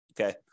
okay